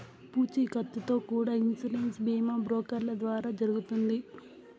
పూచీకత్తుతో కూడా ఇన్సూరెన్స్ బీమా బ్రోకర్ల ద్వారా జరుగుతుంది